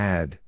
Add